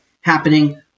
happening